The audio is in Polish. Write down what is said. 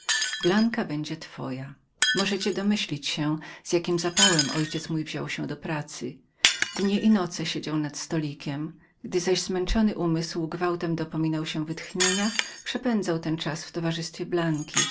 blanka będzie twoją możecie domyślić się z jakim zapałem ojciec mój wziął się do pracy dnie i noce siedział nad stolikiem gdy zaś zmęczony umysł gwałtem dopominał się wytchnienia przepędzał ten czas w towarzystwie blanki